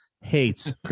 hates